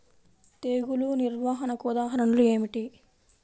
తెగులు నిర్వహణకు ఉదాహరణలు ఏమిటి?